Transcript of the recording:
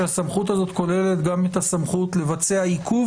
שהסמכות הזאת כוללת גם את הסמכות לבצע עיכוב